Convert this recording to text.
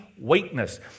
weakness